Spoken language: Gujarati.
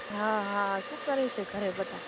હા હા શું કરે છે ઘરે બધા